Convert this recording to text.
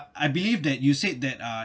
I believe that you said that uh